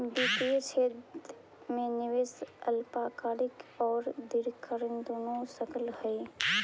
वित्तीय क्षेत्र में निवेश अल्पकालिक औउर दीर्घकालिक दुनो हो सकऽ हई